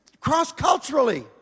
cross-culturally